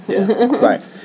Right